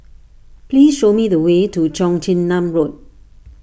please show me the way to Cheong Chin Nam Road